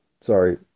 Sorry